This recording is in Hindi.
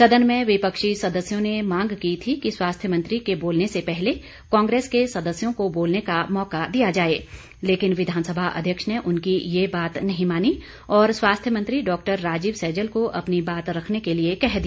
सदन में विपक्षी सदस्यों ने मांग की थी कि स्वास्थ्य मंत्री के बोलने से पहले कांग्रेस के सदस्यों को बोलने का मौका दिया जाए लेकिन विधानसभा अध्यक्ष ने उनकी यह बात नहीं मानी और स्वास्थ्य मंत्री डॉ राजीव सैजल को अपनी बात रखने के लिए कह दिया